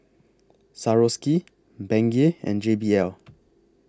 Swarovski Bengay and J B L